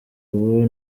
ubu